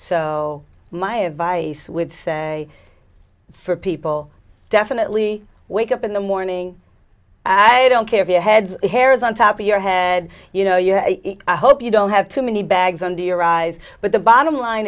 so my advice would say people definitely wake up in the morning i don't care if your head hair is on top of your head you know you hope you don't have too many bags under your eyes but the bottom line